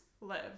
live